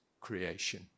creation